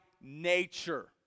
nature